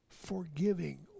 forgiving